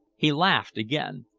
he laughed again,